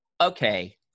okay